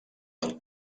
del